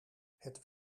het